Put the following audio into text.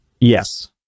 Yes